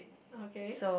okay